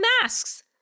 masks